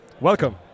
Welcome